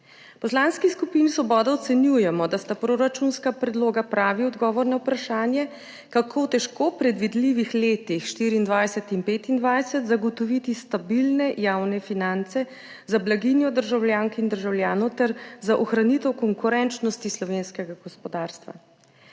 Poslanski skupini Svoboda ocenjujemo, da sta proračunska predloga pravi odgovor na vprašanje, kako v težko predvidljivih letih 2024 in 2025 zagotoviti stabilne javne finance za blaginjo državljank in državljanov ter za ohranitev konkurenčnosti slovenskega gospodarstva.